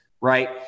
Right